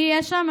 אני אהיה שם,